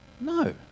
No